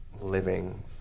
living